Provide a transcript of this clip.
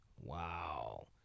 Wow